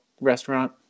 restaurant